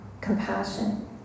compassion